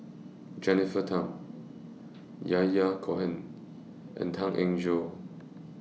Jennifer Tham Yahya Cohen and Tan Eng Joo